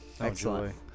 Excellent